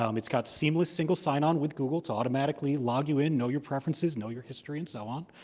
um it's got seamless single sign-on with google to automatically log you in, know your preferences, know your history, and so on.